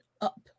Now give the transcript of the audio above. up